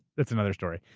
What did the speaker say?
that's another story.